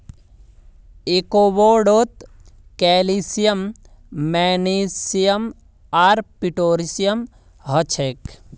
एवोकाडोत calcium magnesium आर potassium हछेक